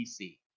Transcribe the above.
PC